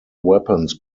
weapons